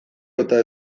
eta